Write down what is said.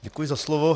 Děkuji za slovo.